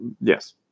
yes